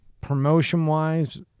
promotion-wise